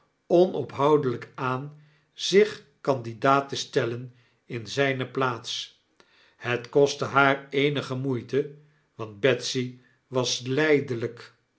onophoudelyk aan zichcandidaat te stellen in zyne plaats het kostte haar eenige moeite want betsy was lydelyk